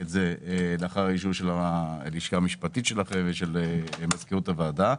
לאחר האישור של הלשכה המשפטית שלה ושל מזכירות הוועדה,